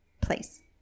place